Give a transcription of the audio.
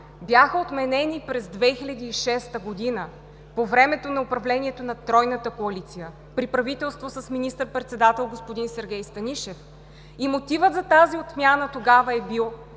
бяха отменени през 2006 г. по времето на управлението на тройната коалиция, при правителство с министър-председател господин Сергей Станишев. Мотивът за тази отмяна тогава е бил,